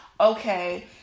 okay